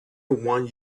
want